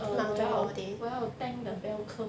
uh 我要我要 thank the bell curve